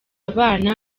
abana